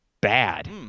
bad